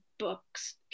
books